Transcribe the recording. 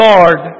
Lord